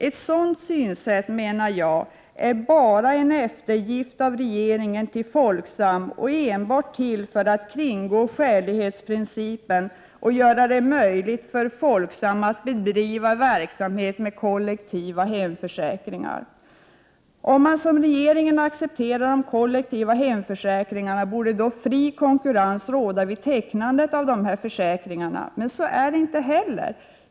Ett sådant synsätt är bara regeringens eftergift åt Folksam. Det är enbart till för att kringgå skälighetsprincipen och göra det möjligt för Folksam att bedriva verksamhet med kollektiva hemförsäkringar. Om man, som regeringen gör, accepterar de kollektiva hemförsäkringarna borde fri konkurrens råda vid tecknandet av dessa försäkringar, men så är det inte heller.